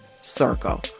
Circle